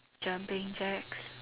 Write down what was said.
jumping jacks